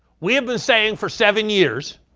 we have been saying for seven years